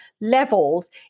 levels